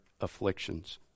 afflictions